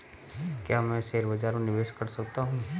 क्या मैं शेयर बाज़ार में निवेश कर सकता हूँ?